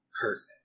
Perfect